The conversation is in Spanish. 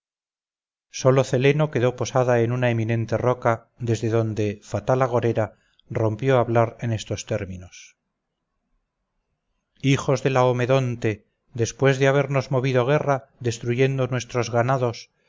sólo celeno quedó posada en una eminente roca desde donde fatal agorera rompió a hablar en estos términos hijos de laomedonte después de habernos movido guerra destruyendo nuestros ganados